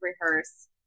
rehearse